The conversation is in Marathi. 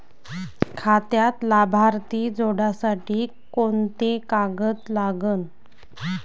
खात्यात लाभार्थी जोडासाठी कोंते कागद लागन?